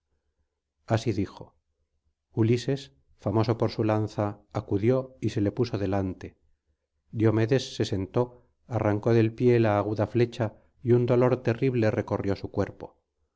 así dijo ulises famoso por su lanza acudió y se le puso delante diomedes se sentó arrancó del pie la aguda flecha y un dolor terrible recorrió su cuerpo